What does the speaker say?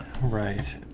Right